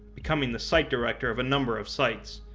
becoming the site director of a number of sites.